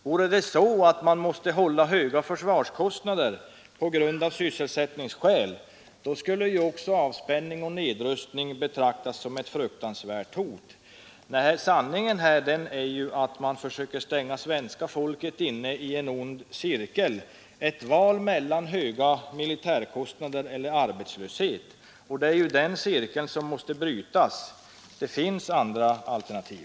Vore det så att vi måste hålla höga försvarskostnader av sysselsättningsskäl, skulle ju också avspänning och nedrustning betraktas som ett fruktansvärt hot. Nej, sanningen är att man försöker stänga svenska folket inne i en ond cirkel: ett val mellan höga militärkostnader och arbetslöshet. Det är den cirkeln som måste brytas. Det finns andra alternativ.